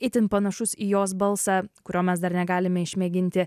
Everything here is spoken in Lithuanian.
itin panašus į jos balsą kurio mes dar negalime išmėginti